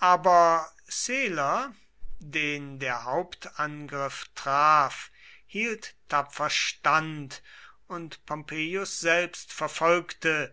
aber celer den der hauptangriff traf hielt tapfer stand und pompeius selbst verfolgte